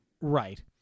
Right